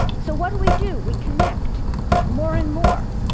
so what do we do? we connect more and more.